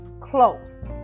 close